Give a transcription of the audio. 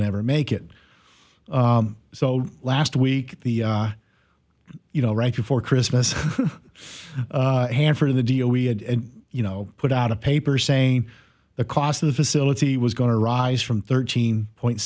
never make it so last week the you know right before christmas hanford of the deal we had you know put out a paper saying the cost of the facility was going to rise from thirteen point